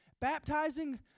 baptizing